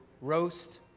roast